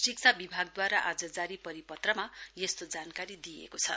शिक्षा विभागद्वारा आज जारी परिपत्रमा यस्तो जानकारी दिइएको छ